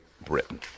Britain